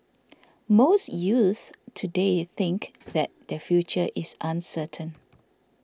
most youths today think that their future is uncertain